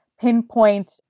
pinpoint